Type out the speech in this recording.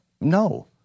no